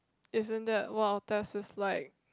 isn't that what our test is like